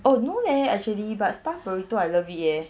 oh no leh actually but stuff'd burrito I love it eh